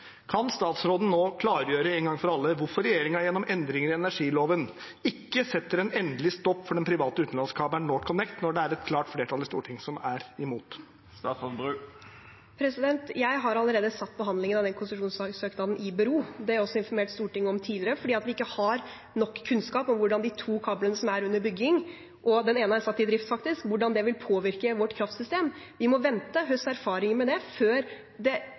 Kan statsråden nå klargjøre, én gang for alle, hvorfor regjeringen gjennom endringer i energiloven ikke setter en endelig stopp for den private utenlandskabelen NorthConnect når det er et klart flertall i Stortinget som er imot? Jeg har allerede satt behandlingen av den konsesjonssøknaden i bero, og det har jeg også informert Stortinget om tidligere, fordi vi ikke har nok kunnskap om hvordan de to kablene som er under bygging – den ene er satt i drift, faktisk – vil påvirke vårt kraftsystem. Vi må vente, høste erfaringer med det før det